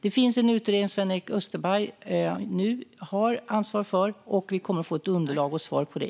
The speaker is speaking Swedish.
Det finns en utredning som Sven-Erik Österberg har ansvar för, och vi kommer att få ett underlag och svar på det i höst.